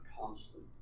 constant